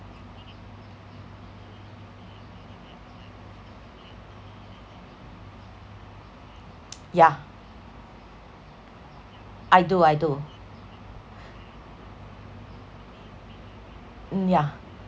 yeah I do I do mm yeah